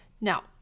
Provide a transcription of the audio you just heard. Now